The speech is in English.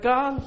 God